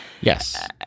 Yes